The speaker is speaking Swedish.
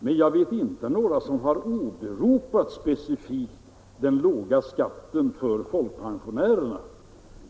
Men jag vet inte några som har åberopat just den låga skatten för folkpensionärerna.